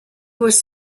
was